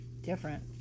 different